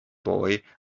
boy